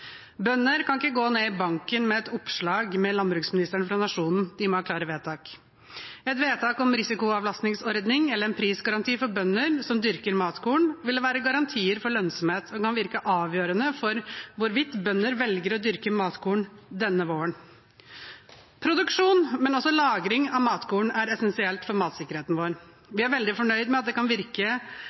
Bønder kan ikke gå ned i banken med et oppslag om landbruksministeren fra Nationen. De må ha klare vedtak. Et vedtak om en risikoavlastningsordning eller en prisgaranti for bønder som dyrker matkorn, ville være garantier for lønnsomhet og kan være avgjørende for hvorvidt bønder velger å dyrke matkorn denne våren. Produksjon og også lagring av matkorn er essensielt for matsikkerheten vår. Vi er veldig fornøyd med at det kan virke